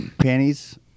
Panties